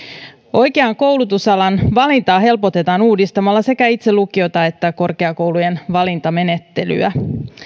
oikean koulutusalan valintaa helpotetaan uudistamalla sekä itse lukiota että korkeakoulujen valintamenettelyä